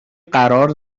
قرار